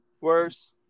worse